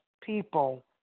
People